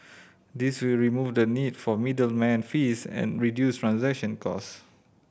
this will remove the need for middleman fees and reduce transaction cost